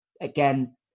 again